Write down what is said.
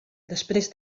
després